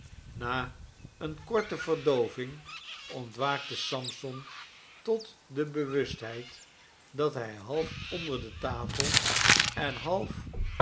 na eene korte verdooving ontwaakte sampson tot de bewustheid dat hij half onder de tafel en half